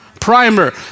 Primer